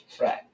right